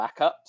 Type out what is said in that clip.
backups